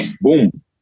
Boom